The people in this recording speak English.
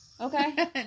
Okay